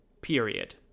Period